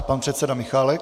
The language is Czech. Pan předseda Michálek.